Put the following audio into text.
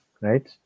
right